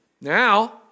Now